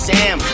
Sam